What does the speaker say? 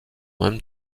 même